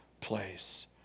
place